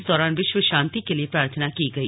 इस दौरान विश्व शांति के लिए प्रार्थना की गई